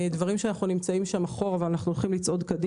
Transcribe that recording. נושאים בהם אנחנו נמצאים מאחור ועלינו לשפר זאת.